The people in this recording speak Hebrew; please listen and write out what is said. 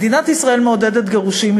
מדינת ישראל מעודדת גירושין,